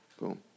Boom